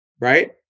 right